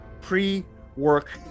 pre-work